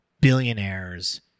billionaires